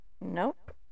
Nope